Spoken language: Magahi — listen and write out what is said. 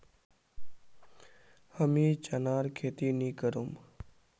हमीं चनार खेती नी करुम